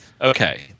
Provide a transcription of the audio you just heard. Okay